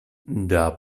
der